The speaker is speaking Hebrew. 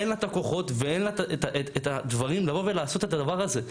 אין לה את הכוחות ואין לה את הדברים לבוא ולעשות את הדבר הזה.